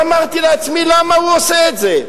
ואמרתי לעצמי, למה הוא עושה את זה,